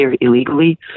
illegally